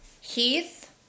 Heath